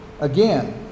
Again